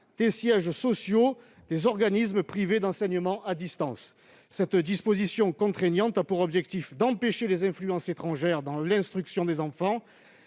des sièges sociaux des organismes privés d'enseignement à distance. Mes chers collègues, cette disposition contraignante a pour objectif d'empêcher les influences étrangères dans l'instruction des enfants